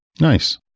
Nice